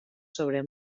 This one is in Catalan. sobre